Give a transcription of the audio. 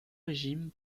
régime